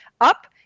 Up